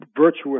virtuous